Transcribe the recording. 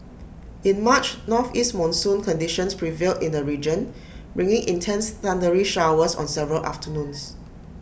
in March northeast monsoon conditions prevailed in the region bringing intense thundery showers on several afternoons